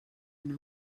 anar